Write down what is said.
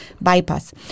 bypass